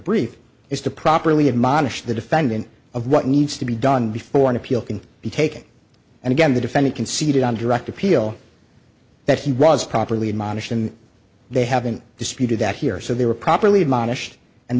brief is to properly admonish the defendant of what needs to be done before an appeal can be taken and again the defendant conceded on direct appeal that he was properly admonished and they haven't disputed that here so they were properly a